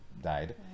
died